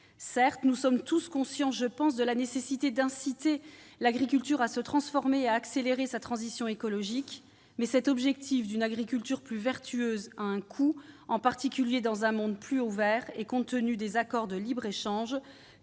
Certes, nous sommes tous conscients, je pense, de la nécessité d'inciter l'agriculture à se transformer et à accélérer sa transition écologique. Mais cet objectif d'une agriculture plus vertueuse a un coût, en particulier dans un monde plus ouvert et compte tenu des accords de libre-échange